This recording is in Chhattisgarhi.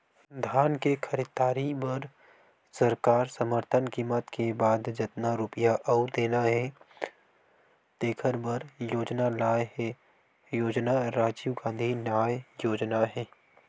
धान के खरीददारी बर सरकार समरथन कीमत के बाद जतना रूपिया अउ देना हे तेखर बर योजना लाए हे योजना राजीव गांधी न्याय योजना हे